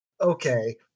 Okay